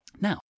Now